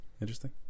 Interesting